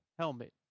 Helmet